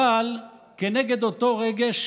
אבל כנגד אותו רגש